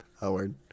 Howard